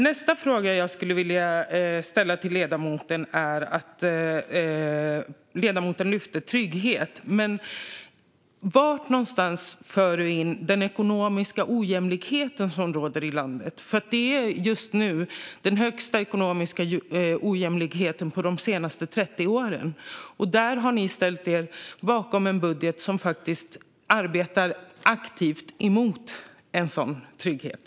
Nästa fråga jag skulle vilja ställa till ledamoten är följande: Ledamoten talade om trygghet, men var för ledamoten in den ekonomiska ojämlikhet som råder i landet? Just nu råder den största ekonomiska ojämlikheten på de senaste 30 åren, och ni har ställt er bakom en budget som arbetar aktivt emot trygghet.